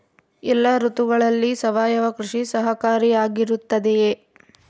ಎಲ್ಲ ಋತುಗಳಲ್ಲಿ ಸಾವಯವ ಕೃಷಿ ಸಹಕಾರಿಯಾಗಿರುತ್ತದೆಯೇ?